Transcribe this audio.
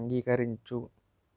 అంగీకరించు